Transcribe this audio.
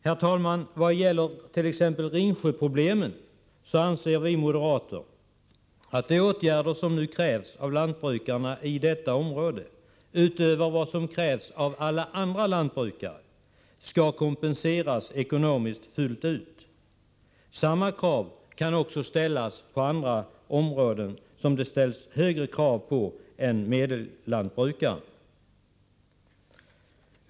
När det gäller Ringsjöproblemet anser vi moderater att de åtgärder som nu krävs av lantbrukarna i detta område, utöver vad som krävs av alla andra lantbrukare, skall kompenseras fullt ut ekonomiskt. Samma krav kan också ställas på andra områden där det ställs högre krav än på en genomsnittslantbrukare.